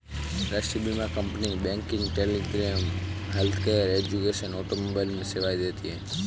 राष्ट्रीय बीमा company banking, telecom, healthcare, education, automobile में सेवाएं देती है